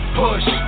push